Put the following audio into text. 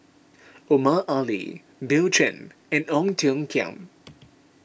Omar Ali Bill Chen and Ong Tiong Khiam